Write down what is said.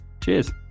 Cheers